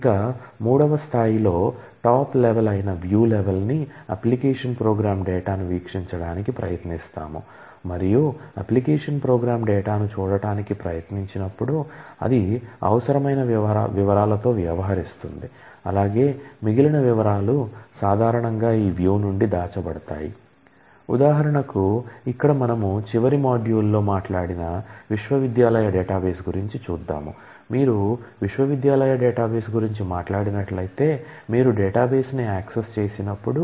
ఇక మూడవ స్థాయిలో టాప్ లెవెల్ ఐన వ్యూ లెవల్ చేసినప్పుడు